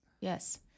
Yes